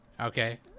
Okay